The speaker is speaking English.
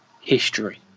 history